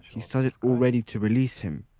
he started already to release him.